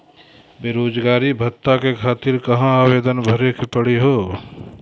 बेरोजगारी भत्ता के खातिर कहां आवेदन भरे के पड़ी हो?